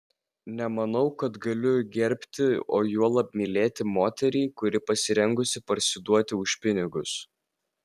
nemanau kad galiu gerbti o juolab mylėti moterį kuri pasirengusi parsiduoti už pinigus